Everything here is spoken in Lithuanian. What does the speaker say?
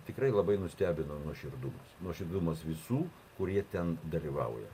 tikrai labai nustebino nuoširdumas nuoširdumas visų kurie ten dalyvauja